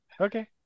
Okay